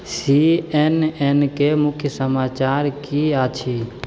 C N एनके मुख्य समाचार की आछि